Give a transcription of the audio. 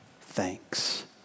thanks